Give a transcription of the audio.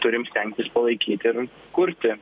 turim stengtis palaikyt ir kurti